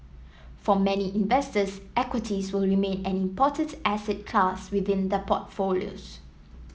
for many investors equities will remain an important asset class within their portfolios